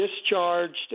discharged